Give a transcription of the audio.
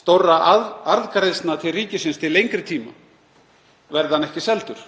stórra arðgreiðslna til ríkisins til lengri tíma verði hann ekki seldur.